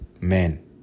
men